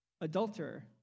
Adulterer